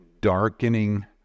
darkening